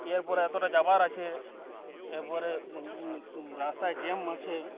এরপরে এতটা যাওয়ার আছে এরপরে রাস্তায় জ্যাম আছে